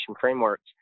frameworks